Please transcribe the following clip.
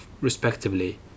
respectively